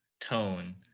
tone